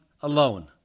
alone